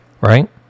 Right